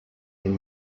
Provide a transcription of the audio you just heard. den